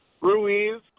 Ruiz